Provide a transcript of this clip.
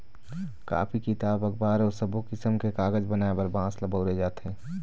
copy, किताब, अखबार अउ सब्बो किसम के कागज बनाए बर बांस ल बउरे जाथे